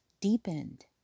deepened